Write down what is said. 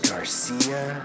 Garcia